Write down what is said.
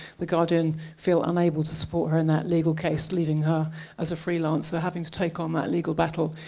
the guardian feel unable to support her in that legal case, leaving her as a free-lancer having to take on that legal battle.